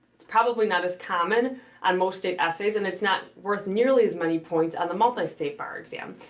it's probably not as common on most state essays and it's not worth nearly as many points on the multi-state bar exam.